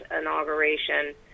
inauguration